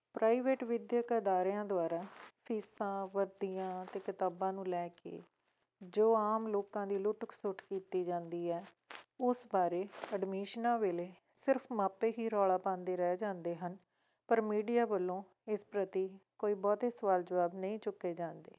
private ਵਿੱਦਿਅਕ ਅਦਾਰਿਆਂ ਦੁਆਰਾ ਫੀਸਾਂ ਵਰਦੀਆਂ ਅਤੇ ਕਿਤਾਬਾਂ ਨੂੰ ਲੈ ਕੇ ਜੋ ਆਮ ਲੋਕਾਂ ਦੀ ਲੁੱਟ ਖਸੁੱਟ ਕੀਤੀ ਜਾਂਦੀ ਹੈ ਉਸ ਬਾਰੇ ਐਡਮਿਸ਼ਨਾਂ ਵੇਲੇ ਸਿਰਫ ਮਾਪੇ ਹੀ ਰੌਲਾ ਪਾਂਦੇ ਰਹਿ ਜਾਂਦੇ ਹਨ ਪਰ ਮੀਡੀਆ ਵੱਲੋਂ ਇਸ ਪ੍ਰਤੀ ਕੋਈ ਬਹੁਤੇ ਸਵਾਲ ਜਵਾਬ ਨਹੀਂ ਚੁੱਕੇ ਜਾਂਦੇ